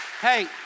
Hey